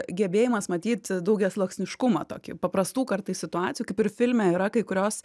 gebėjimas matyt daugiasluoksniškumą tokį paprastų kartais situacijų kaip ir filme yra kai kurios